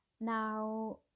Now